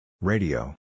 Radio